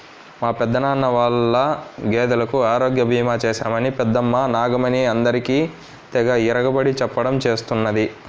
మా పెదనాన్న వాళ్ళ గేదెలకు ఆరోగ్య భీమా చేశామని పెద్దమ్మ నాగమణి అందరికీ తెగ ఇరగబడి చెప్పడం చేస్తున్నది